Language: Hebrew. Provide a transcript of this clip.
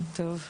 טוב,